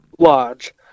lodge